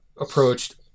approached